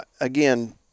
again